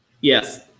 Yes